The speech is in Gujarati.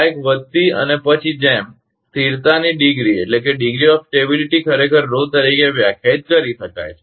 આ એક વધતી અને પછી જેમ સ્થિરતા ની ડિગ્રી ખરેખર તરીકે વ્યાખ્યાયિત કરી શકાય છે